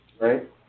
right